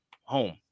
home